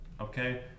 Okay